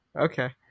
Okay